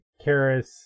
Karis